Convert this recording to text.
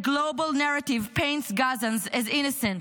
the global narrative paints Gazans as an innocent,